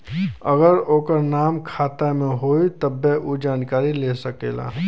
अगर ओकर नाम खाता मे होई तब्बे ऊ जानकारी ले सकेला